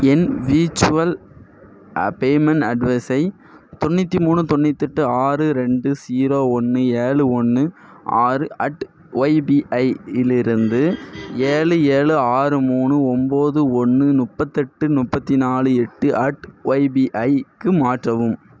என் virtual payment அட்ரஸை தொண்ணூற்றி மூணு தொண்ணூற்றி எட்டு ஆறு ரெண்டு ஸீரோ ஒன்று ஏழு ஒன்று ஆறு அட் ஒய்பிஐயிலிருந்து ஏழு ஏழு ஆறு மூணு ஒம்பது ஒன்று முப்பத்தெட்டு முப்பத்தி நாலு எட்டு அட் ஒய்பிஐக்கு மாற்றவும்